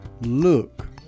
look